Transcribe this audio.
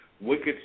wicked